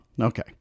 okay